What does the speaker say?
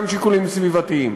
גם שיקולים סביבתיים,